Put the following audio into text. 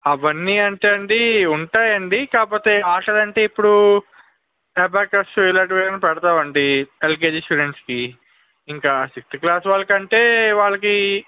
అవి అన్నీ అంటే అండి ఉంటాయి అండి కాకపోతే ఆటలు అంటే ఇప్పుడు అబాకస్ ఇలాంటివి అన్నీ పెడతాము అండి ఎల్కేజి స్టూడెంట్స్కి ఇంకా సిక్స్త్ క్లాస్ వాళ్ళకి అంటే వాళ్ళకి